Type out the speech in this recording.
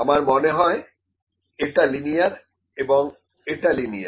আমার মনে হয় এটা লিনিয়ার এবং এটা লিনিয়ার